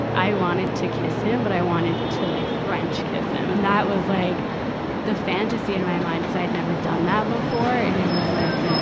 and i wanted to kiss him, but i wanted to like french kiss him. and that was like the fantasy in my mind, cuz i had never done that before. and it was like, ah,